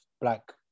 Black